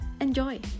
Enjoy